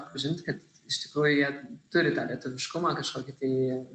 atpažinti kad iš tikrųjų jie turi tą lietuviškumą kažkokį tai